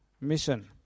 mission